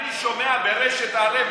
אני שומע ברשת א',